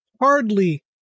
hardly